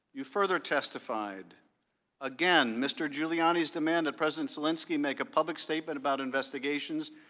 you further testified again, mr. giuliani's demand that president zelensky make a public statement about investigations,